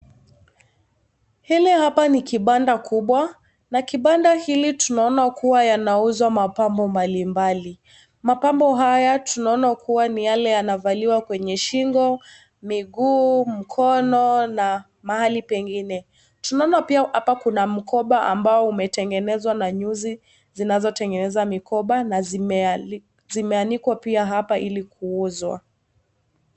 Hili hapa ni kibanda kubwa na kibanda hili tunaona kuwa yanauzwa mapambo mbalimbali, mapambo haya tunaona kuwa ni yale yanavaliwa kwenye shingo, miguu, mkono na mahali pengine. Tunaona pia hapa kuna mgoba ambao umetengenezwa na nyuzi zinazotengeneza magoba na zimeanikwa pia hapa ili kuuzwa.